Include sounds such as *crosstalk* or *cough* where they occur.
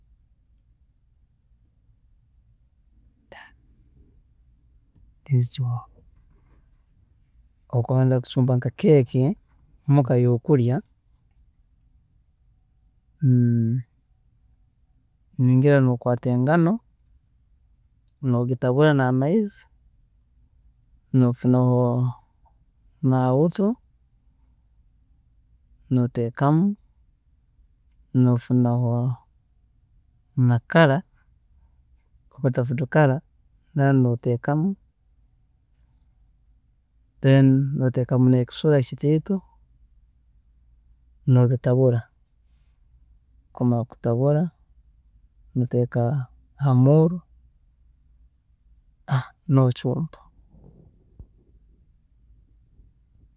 *noise* Obu okuba noyenda kucumba nka cake muka yokurya, *hesitation* ningira nokwaata engano nogitabura n'amaizi nofuna na awutu, noteekamu, nofuna na colour, eyi bakweeta food colour nayo noteekamu, then noteekamu nekisula kitaito nobitabula, obu okumara kubitabura, noteeka hamuurro, *hesitation* nocumba.